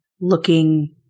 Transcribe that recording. looking